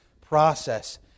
process